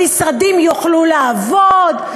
המשרדים יוכלו לעבוד.